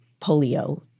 polio